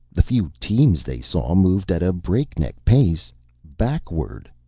the few teams they saw moved at a breakneck pace backward!